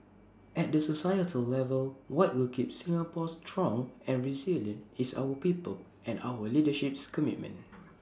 at the societal level what will keep Singapore strong and resilient is our people's and our leadership's commitment